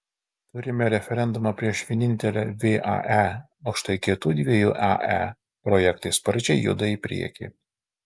turime referendumą prieš vienintelę vae o štai kitų dviejų ae projektai sparčiai juda į priekį